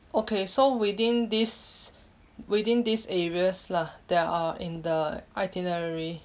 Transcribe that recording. okay so within these within these areas lah that are in the itinerary